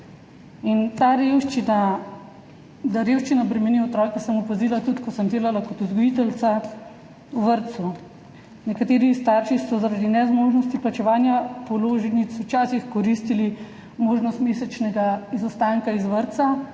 moreš privoščiti. Da revščina bremeni otroke, sem opazila tudi, ko sem delala kot vzgojiteljica v vrtcu. Nekateri starši so zaradi nezmožnosti plačevanja položnic včasih koristili možnost mesečnega izostanka iz vrtca,